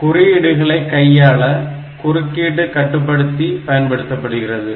குறுக்கீடுகளை கையாள குறுக்கீடு கட்டுப்படுத்தி பயன்படுத்தப்படுகிறது